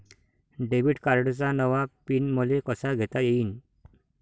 Debit कार्डचा नवा pin मले कसा घेता येईन?